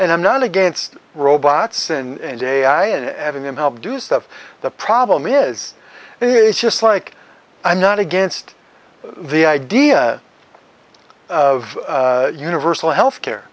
and i'm not against robots and ai and having them help do stuff the problem is it's just like i'm not against the idea of universal health care